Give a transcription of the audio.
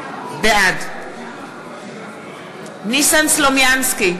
בעד ניסן סלומינסקי,